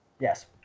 Yes